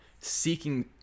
seeking